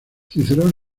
cicerón